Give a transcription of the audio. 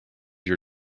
your